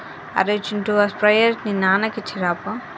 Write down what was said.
అరేయ్ చింటూ ఆ స్ప్రేయర్ ని నాన్నకి ఇచ్చిరాపో